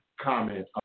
comment